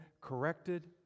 corrected